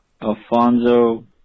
Alfonso